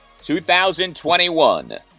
2021